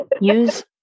use